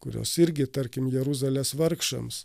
kurios irgi tarkim jeruzalės vargšams